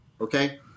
Okay